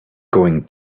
going